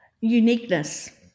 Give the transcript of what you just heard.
Uniqueness